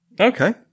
Okay